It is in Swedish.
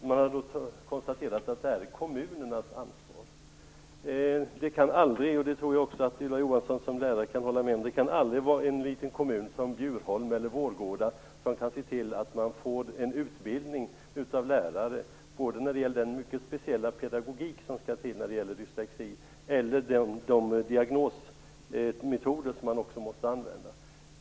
Man har konstaterat att det är kommunernas ansvar. En liten kommun som Bjurholm eller Vårgårda kan aldrig - det tror jag också att Ylva Johansson som lärare kan hålla med om - se till att lärarna utbildas, varken när det gäller den mycket speciella pedagogik som skall till när det gäller dyslexi eller de diagnosmetoder som också måste användas.